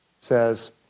says